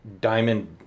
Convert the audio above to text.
diamond